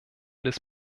des